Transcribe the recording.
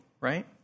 right